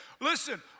Listen